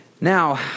Now